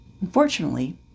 Unfortunately